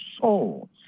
soul